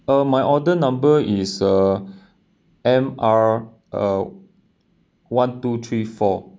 um my order number is uh M_R uh one two three four